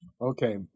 Okay